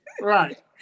Right